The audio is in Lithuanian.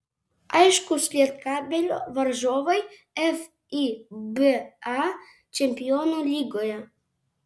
aiškūs lietkabelio varžovai fiba čempionų lygoje